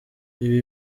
ibi